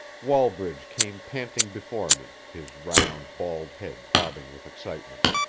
wallbridge came panting before me, his round, bald head bobbing with excitement.